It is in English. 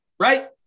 right